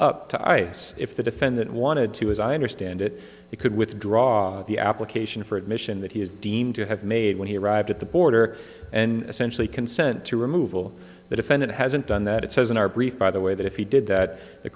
up to ice if the defendant wanted to as i understand it he could withdraw the application for admission that he is deemed to have made when he arrived at the border and essentially consent to removal the defendant hasn't done that it says in our brief by the way that if he did that the